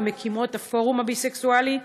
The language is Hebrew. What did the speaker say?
וממקימות הפורום הביסקסואלי: